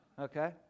Okay